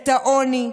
את העוני,